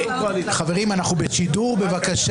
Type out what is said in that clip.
חבר הכנסת יואב סגלוביץ', זה